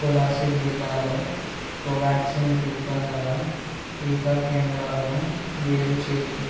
కోలాసిబ్ జిల్లాలో కోవ్యాక్సిన్ టీకా గల టీకా కేంద్రాలను వేరు చేయి